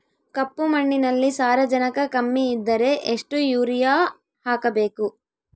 ಕಪ್ಪು ಮಣ್ಣಿನಲ್ಲಿ ಸಾರಜನಕ ಕಮ್ಮಿ ಇದ್ದರೆ ಎಷ್ಟು ಯೂರಿಯಾ ಹಾಕಬೇಕು?